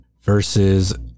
versus